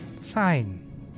Fine